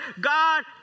God